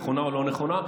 נכונה או לא נכונה,